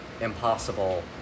impossible